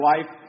life